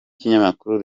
ikinyamakuru